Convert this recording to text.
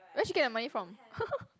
where she get the money from